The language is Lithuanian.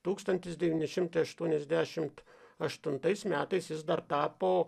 tūkstantis devyni šimtai aštuoniasdešimt aštuntais metais jis dar tapo